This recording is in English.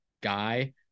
guy